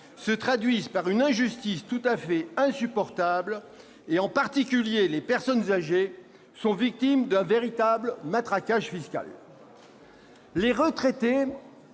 se traduisent par une injustice tout à fait insupportable. En particulier, les personnes âgées sont victimes d'un véritable matraquage fiscal. Les retraités